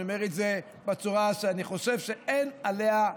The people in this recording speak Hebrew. אני אומר את זה בצורה שאני חושב שאין עליה,